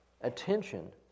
attention